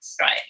right